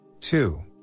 Two